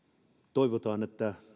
toivotaan että